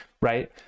right